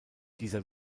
dieser